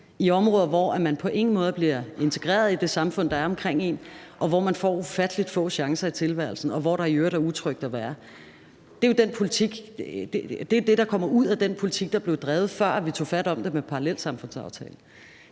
i områder, hvor man på ingen måde bliver integreret i det samfund, der er omkring en, og hvor man får ufattelig få chancer i tilværelsen, og hvor der i øvrigt er utrygt at være. Det, der jo kommer ud af den politik, der blev drevet, før vi tog fat om det med parallelsamfundsaftalen,